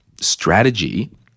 strategy